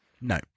No